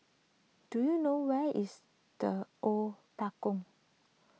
do you know where is the Octagon